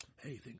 Hey